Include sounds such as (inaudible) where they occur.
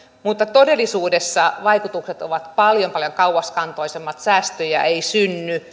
mutta todellisuudessa vaikutukset ovat paljon paljon kauaskantoisemmat ja säästöjä ei synny (unintelligible)